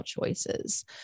choices